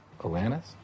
Alanis